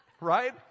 right